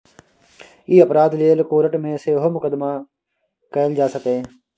ई अपराध लेल कोर्ट मे सेहो मुकदमा कएल जा सकैए